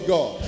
God